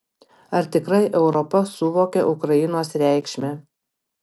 ar tikrai europa suvokia ukrainos reikšmę